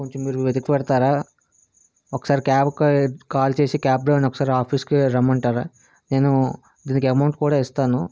కొంచం మీరు వెతికిపెడ్తారా ఒకసారి క్యాబ్కి కాల్ చేసి క్యాబ్ డ్రైవర్ని ఒకసారి ఆఫీస్కి రమ్మంటారా నేను దీనికి ఎమౌంట్ కూడా ఇస్తాను